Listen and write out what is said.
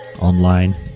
online